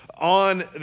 on